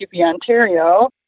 Ontario